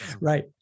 Right